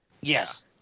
Yes